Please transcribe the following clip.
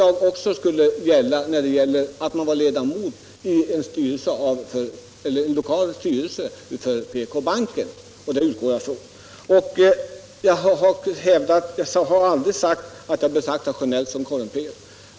Jag utgår från att detta också gäller för den som är ledamot i en av PK-bankens lokalstyrelser. Sedan har jag aldrig sagt att jag betraktar herr Sjönell som korrumperad.